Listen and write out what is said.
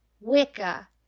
Wicca